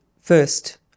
first